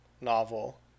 novel